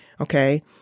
Okay